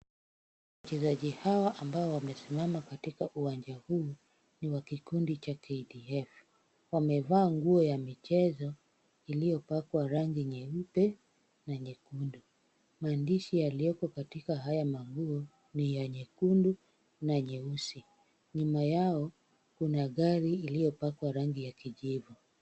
Wachezaji hawa ambao wamesimama katika uwanja huu, ni wa kikundi cha KDF. Wamevaa nguo ya michezo iliyopakwa rangi nyeupe na nyekundu. Maandishi yaliyoko katika haya manguo ni ya nyekundu na nyeusi. Nyuma yao kuna gari iliyopakwa rangi ya kijivu.